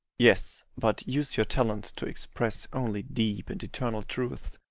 yes, but use your talent to express only deep and eternal truths.